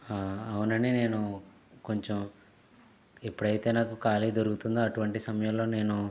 అవునండి నేను కొంచెం ఎప్పుడైతే నాకు ఖాళీ దొరుకుతుందో అటువంటి సమయంలో నేను